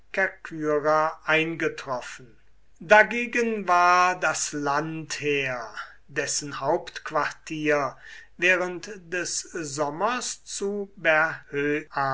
eingetroffen dagegen war das landheer dessen hauptquartier während des sommers zu